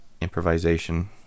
improvisation